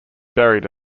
buried